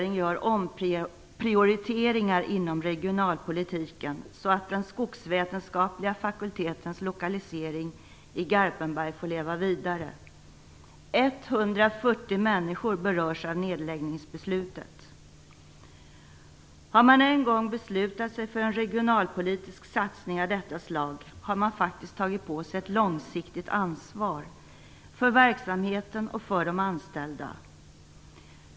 Nedläggningsbeslutet berör 140 människor. Har man en gång beslutat sig för en regionalpolitisk satsning av detta slag har man faktiskt tagit på sig ett långsiktigt ansvar, både för verksamheten och för de anställda.